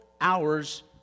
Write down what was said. hours